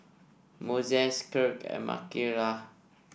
Moises Kirk and Mikalah